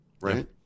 right